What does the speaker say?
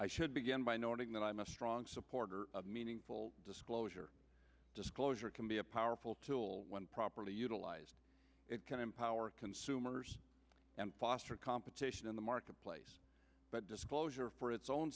should begin by noting that i'm a strong supporter of meaningful disclosure disclosure can be a powerful tool when properly utilized it can empower consumers and foster competition in the marketplace but disclosure for its own